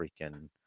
freaking